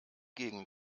gegen